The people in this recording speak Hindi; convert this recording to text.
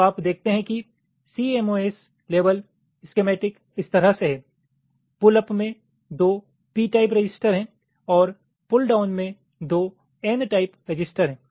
तो आप देखते हैं कि सीएमओएस लेवेल इस्केमेटीक इस तरह से है पुल अप में दो p टाइप ट्रांजिस्टर हैं और पुल डाउन में दो n टाइप ट्रांजिस्टर है